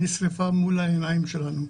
היא נשרפה מול העיניים שלנו.